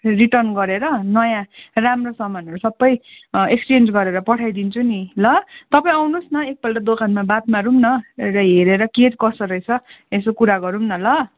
return गरेर नयाँ राम्रो सामानहरू सबै एक्सचेन्च गरेर पठाइदिन्छु नि ल तपाईँ आउनुहोस् न एकपल्ट दोकानमा बात मारौँ न र हेरेर के कसो रहेछ यसो कुरा गरौँ न ल